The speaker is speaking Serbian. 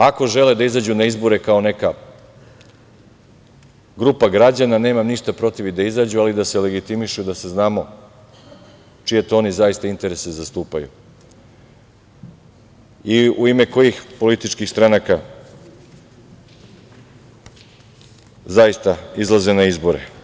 Ako žele da izađu na izbore kao neka grupa građana, nemam ništa protiv i da izađu, ali da se legitimišu i da saznamo čije oni to zaista interese zastupaju i u ime kojih političkih stranaka zaista izlaze na izbore.